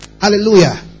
Hallelujah